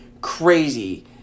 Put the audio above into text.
crazy